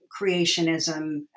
creationism